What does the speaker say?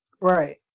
Right